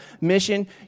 mission